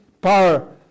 power